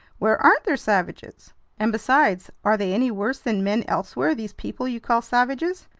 where aren't there savages? and besides, are they any worse than men elsewhere, these people you call savages?